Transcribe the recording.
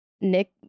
Nick